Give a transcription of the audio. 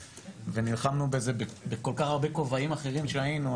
ונלחמנו בזה בכל כך הרבה כובעים אחרים שהיינו,